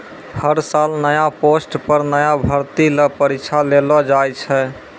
हर साल नया पोस्ट पर नया भर्ती ल परीक्षा लेलो जाय छै